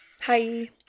Hi